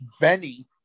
Benny